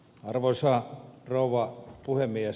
arvoisa rouva puhemies